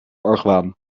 argwaan